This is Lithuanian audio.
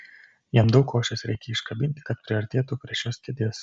jam daug košės reikia iškabinti kad priartėtų prie šios kėdės